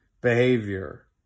behavior